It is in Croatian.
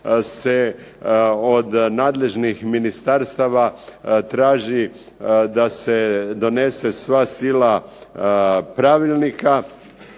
se od nadležnih ministarstava traži da se donese sva sila pravilnika